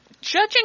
Judging